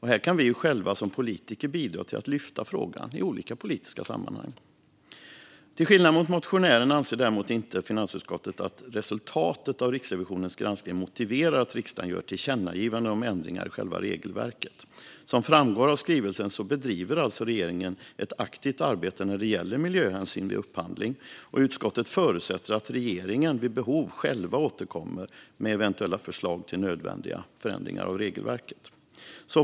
Här kan vi själva som politiker bidra genom att lyfta frågan i olika politiska sammanhang. Till skillnad från motionären anser finansutskottet däremot inte att resultatet av Riksrevisionens granskning motiverar att riksdagen gör tillkännagivanden om ändringar i själva regelverket. Som framgår av skrivelsen bedriver regeringen alltså ett aktivt arbete när det gäller miljöhänsyn vid upphandling, och utskottet förutsätter att regeringen vid behov själva återkommer med eventuella förslag till nödvändiga förändringar av regelverket.